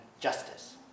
justice